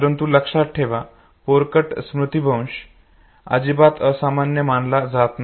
परंतु लक्षात ठेवा पोरकट स्मृतीभ्रंश अजिबात असामान्य मानला जात नाही